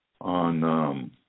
on